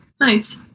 nice